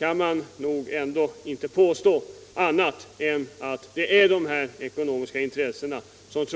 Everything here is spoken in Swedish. Man kan nog inte påstå annat än att det trots allt är de ekonomiska intressena som